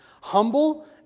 humble